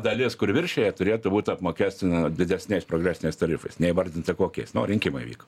dalis kuri viršija turėtų būt apmokestina didesniais progresiniais tarifais neįvardinta kokiais nu rinkimai vyko